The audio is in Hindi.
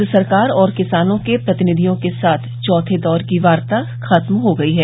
केन्द्र सरकार और किसानों के प्रतिनिधियों के साथ चौथे दौर की वार्ता खत्म हो गई है